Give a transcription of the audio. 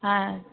ஆ